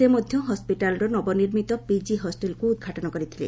ସେ ମଧ୍ୟ ହସ୍କିଟାଲ୍ର ନବନିର୍ମିତ ପିଜି ହଷ୍ଟେଲ୍କୁ ଉଦ୍ଘାଟନ କରିଥିଲେ